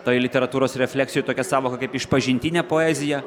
toj literatūros refleksijoj tokia sąvoka kaip išpažintinė poezija